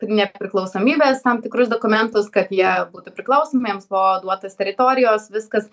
nepriklausomybės tam tikrus dokumentus kad jie būtų priklausomi jiems buvo duotos teritorijos viskas